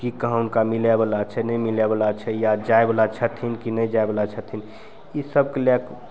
कि कहाँ हुनका मिलैवला छै नहि मिलैवला छै ई या जाइवला छथिन कि नहि जाइवला छथिन ईसबके लैके